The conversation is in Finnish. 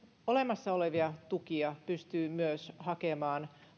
olemassa olevia tukia hakemaan